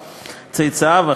צאצאיו,